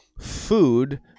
food